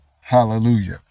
Hallelujah